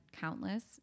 countless